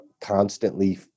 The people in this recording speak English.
constantly